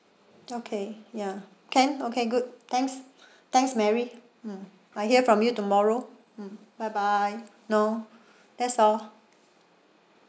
okay ya can okay good thanks thanks marie mm I hear from you tomorrow mm bye bye no that's all